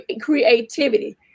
creativity